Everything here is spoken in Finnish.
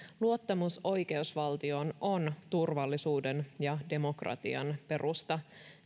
luottamus oikeusvaltioon on turvallisuuden ja demokratian perusta